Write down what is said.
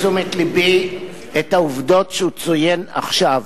לתשומת לבי את העובדות שהוא ציין עכשיו.